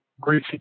Great